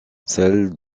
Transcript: celle